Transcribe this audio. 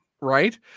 right